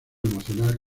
emocional